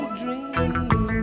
dream